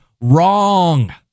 Wrong